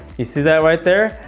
you see that right there?